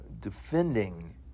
defending